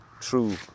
true